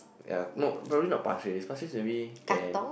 ya not probably not Pasir-Ris Pasir-Ris very can